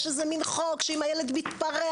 יש איזה מן חוק שאם הילד מתפרע,